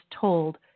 told